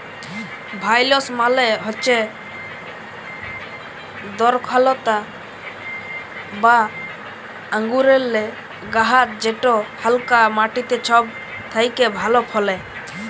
ভাইলস মালে হচ্যে দরখলতা বা আঙুরেল্লে গাহাচ যেট হালকা মাটিতে ছব থ্যাকে ভালো ফলে